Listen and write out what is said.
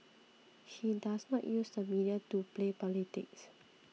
he does not use the media to play politics